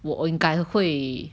我应该会